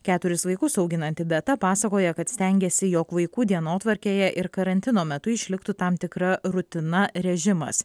keturis vaikus auginanti beata pasakoja kad stengiasi jog vaikų dienotvarkėje ir karantino metu išliktų tam tikra rutina režimas